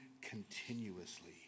continuously